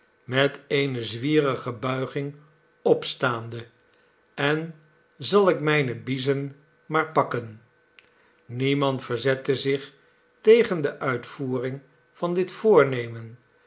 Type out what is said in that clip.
met eene zwierige buiging opstaande en zal ik mijne biezen maar pakken niemand verzette zich tegen de uitvoering van dit voornemen